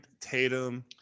Tatum